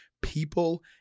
people